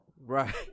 Right